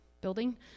building